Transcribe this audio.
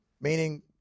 meaning